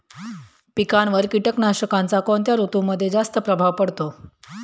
पिकांवर कीटकनाशकांचा कोणत्या ऋतूमध्ये जास्त प्रभाव पडतो?